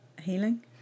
healing